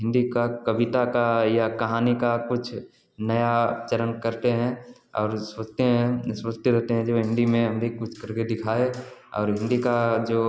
हिन्दी की कविता का या कहानी का कुछ नया चरण करते हैं और सोचते हैं हम सोचते रहते हैं जो मैं हिंदी में हम भी कुछ कर के दिखाएँ और हिंदी का जो